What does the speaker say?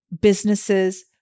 businesses